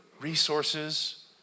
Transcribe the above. resources